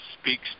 speaks